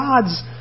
gods